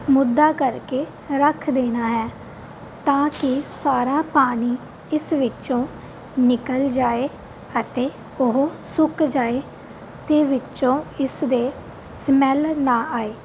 ਮੂਧਾ ਕਰਕੇ ਰੱਖ ਦੇਣਾ ਹੈ ਤਾਂ ਕਿ ਸਾਰਾ ਪਾਣੀ ਇਸ ਵਿੱਚੋਂ ਨਿਕਲ ਜਾਵੇ ਅਤੇ ਉਹ ਸੁੱਕ ਜਾਵੇ ਅਤੇ ਵਿੱਚੋਂ ਇਸਦੇ ਸਮੈਲ ਨਾ ਆਵੇ